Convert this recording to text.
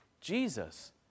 Jesus